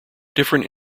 different